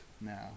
now